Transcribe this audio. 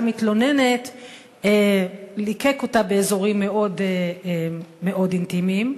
המתלוננת ליקק אותה באזורים מאוד מאוד אינטימיים,